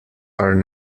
are